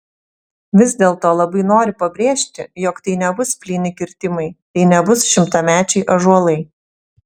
vis dėlto labai noriu pabrėžti jog tai nebus plyni kirtimai tai nebus šimtamečiai ąžuolai